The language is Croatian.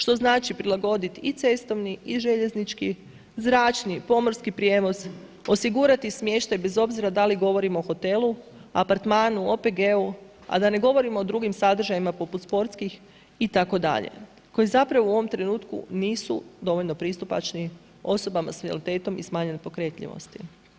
Što znači prilagoditi i cestovni i željeznički, zračni, pomorski prijevoz, osigurati smještaj bez obzira da li govorimo o hotelu, apartmanu, OPG-u, a da ne govorimo o drugim sadržajima poput sportskih itd., koji zapravo u ovom trenutku nisu dovoljno pristupačni osoba s invaliditetom i smanjenom pokretljivosti.